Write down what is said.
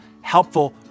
helpful